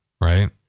right